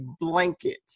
blanket